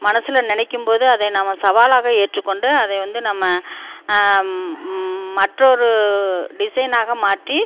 மனஸில் நினைக்கும் போது அதை நாம சவாலாக ஏற்றுக்கொண்டு அதை வந்து நம்ம மற்றொரு டிசைனாக மாற்றி